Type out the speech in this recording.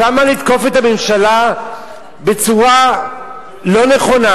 אז למה לתקוף את הממשלה בצורה לא נכונה?